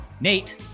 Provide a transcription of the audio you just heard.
Nate